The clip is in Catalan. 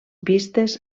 vistes